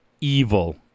evil